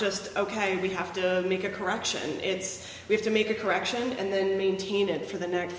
just ok we have to make a correction it's we have to make a correction and maintain it for the next